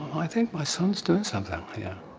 i think my son's doing something, yeah.